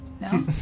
No